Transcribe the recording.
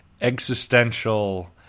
existential